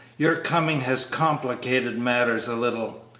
your coming has complicated matters a little.